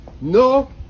no